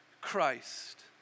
Christ